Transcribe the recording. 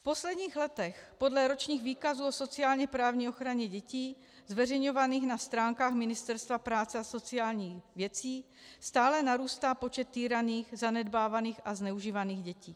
V posledních letech podle ročních výkazů o sociálněprávní ochraně dětí zveřejňovaných na stránkách Ministerstva práce a sociálních dětí stále narůstá počet týraných, zanedbávaných a zneužívaných dětí.